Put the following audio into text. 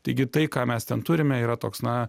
taigi tai ką mes ten turime yra toks na